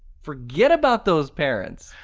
forget about those parents,